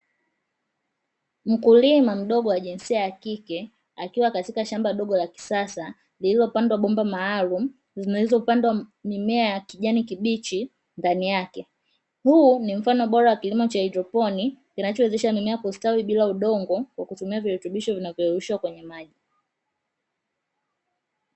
Mkulima mdogo wa jinsia ya kike, akiwa katika shamba dogo la kisasa lililopandwa bomba maalumu, zilizopandwa mimea ya kijani kibichi ndani yake. Huu ni mfano bora wa kilimo cha haidroponi kinachowezesha mimea kustawi bila udongo kwa kutumia virutubisho vinavyoyeyushwa kwenye maji.